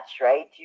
right